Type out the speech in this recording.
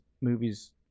movies